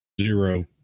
Zero